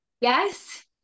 Yes